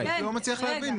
אני לא מצליח להבין,